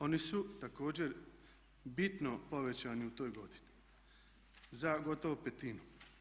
Oni su također bitno povećani u toj godini za gotovo petinu.